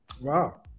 wow